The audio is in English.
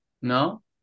¿No